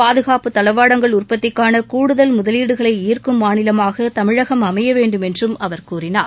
பாதுகாப்புத் தளவாடங்கள் உற்பத்திக்கான கூடுதல் முதலீடுகளை ஈர்க்கும் மாநிலமாக தமிழகம் அமைய வேண்டும் என்றும் அவர் கூறினார்